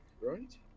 right